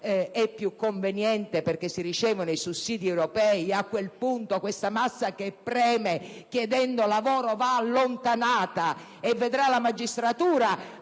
è più conveniente, perché si ricevono i sussidi europei: a quel punto, questa massa che preme chiedendo lavoro va allontanata. Vedrà la magistratura,